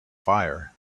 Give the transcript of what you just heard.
fire